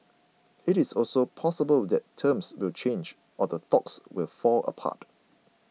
it is also possible that terms will change or the talks will fall apart